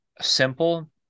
simple